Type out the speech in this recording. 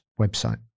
website